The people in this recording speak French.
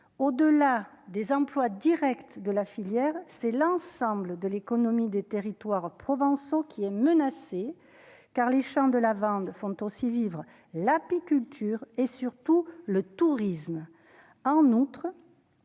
au delà des emplois Directs de la filière c'est l'ensemble de l'économie des territoires provençaux qui est menacée, car les champs de lavandes font aussi vivre l'apiculture et surtout le tourisme en outre